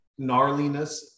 gnarliness